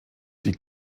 die